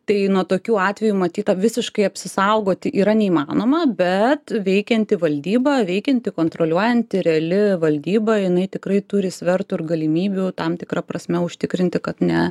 tai nuo tokių atvejų matyt visiškai apsisaugoti yra neįmanoma bet veikianti valdyba veikianti kontroliuojanti reali valdyba jinai tikrai turi svertų ir galimybių tam tikra prasme užtikrinti kad ne